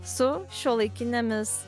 su šiuolaikinėmis